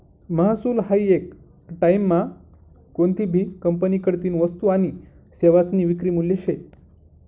महसूल हायी येक टाईममा कोनतीभी कंपनीकडतीन वस्तू आनी सेवासनी विक्री मूल्य शे